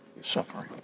suffering